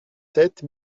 sept